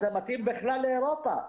זה מתאים בכלל לאירופה,